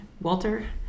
Walter